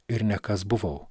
ir ne kas buvau